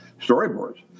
storyboards